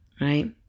right